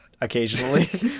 Occasionally